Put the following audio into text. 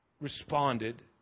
responded